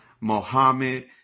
Mohammed